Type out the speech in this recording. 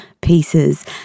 pieces